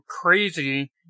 crazy